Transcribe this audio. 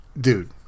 dude